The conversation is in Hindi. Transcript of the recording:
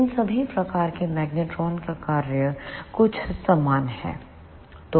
इन सभी प्रकार के मैग्नेट्रोन का कार्य कुछ समान है